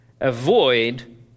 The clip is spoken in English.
Avoid